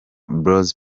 bros